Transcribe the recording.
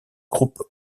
groupe